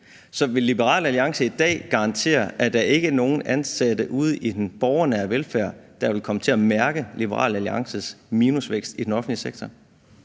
Så vil Liberal Alliance i dag garantere, at der ikke er nogen ansatte ude i den borgernære velfærd, der vil komme til at mærke Liberal Alliances minusvækst i den offentlige sektor?